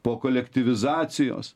po kolektyvizacijos